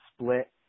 split